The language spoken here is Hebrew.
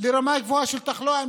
לרמה גבוהה של תחלואה,